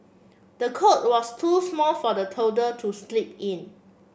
the cot was too small for the toddler to sleep in